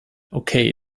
okay